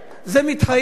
זה מתחייב.